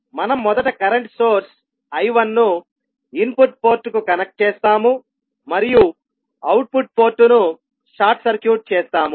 మనం మొదట current source I1ను ఇన్పుట్ పోర్ట్ కు కనెక్ట్ చేస్తాము మరియు అవుట్పుట్ పోర్టు ను షార్ట్ సర్క్యూట్ చేస్తాము